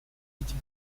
видим